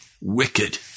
wicked